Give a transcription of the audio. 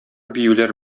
биюләр